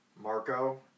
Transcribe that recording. Marco